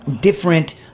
different